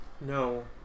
No